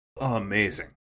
amazing